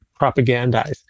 propagandize